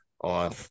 on